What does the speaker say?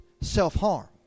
self-harm